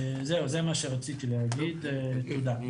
זהו, זה מה שרציתי להגיד, תודה.